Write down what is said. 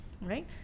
right